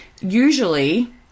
Usually